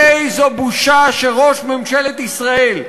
איזו בושה, איזו בושה, שראש ממשלת ישראל,